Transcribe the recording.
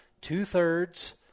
two-thirds